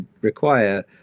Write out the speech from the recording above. require